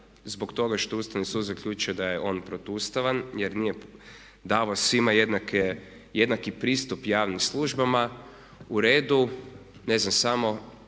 zbog toga što je Ustavni sud zaključio da je on protuustavan jer nije davao svima jednaki pristup javnim službama. U redu, ne znam samo